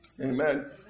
Amen